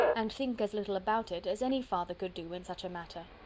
and think as little about it, as any father could do, in such a matter.